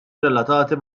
relatati